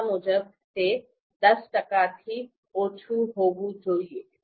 ચર્ચા મુજબ તે દસ ટકાથી ઓછું હોવું જોઈએ